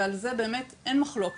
על זה באמת אין מחלוקת.